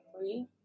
three